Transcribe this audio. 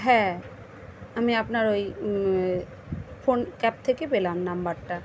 হ্যাঁ আমি আপনার ওই ফোন ক্যাব থেকে পেলাম নাম্বারটা